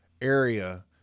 area